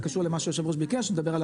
זה קשור למה שהיושב-ראש ביקש ונדבר על